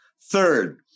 Third